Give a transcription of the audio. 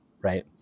Right